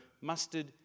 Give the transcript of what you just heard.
mustard